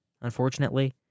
unfortunately